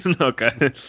Okay